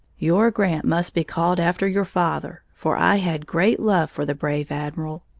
your grant must be called after your father, for i had great love for the brave admiral.